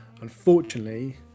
unfortunately